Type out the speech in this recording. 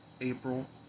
April